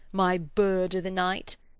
my bird o' the night!